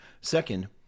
Second